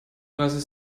dreißig